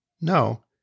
no